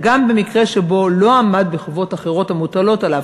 אלא גם במקרה שבו הוא לא עמד בחובות אחרות המוטלות עליו,